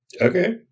Okay